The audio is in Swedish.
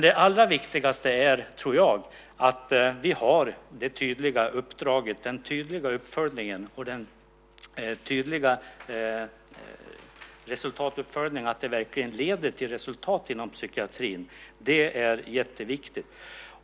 Det allra viktigaste är dock, tror jag, att vi har det tydliga uppdraget och den tydliga uppföljningen av att detta verkligen leder till resultat inom psykiatrin. Det är jätteviktigt.